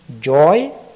joy